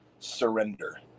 surrender